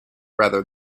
rather